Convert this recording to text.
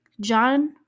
John